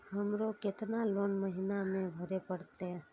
हमरो केतना लोन महीना में भरे परतें?